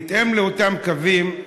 בהתאם לאותם קווים,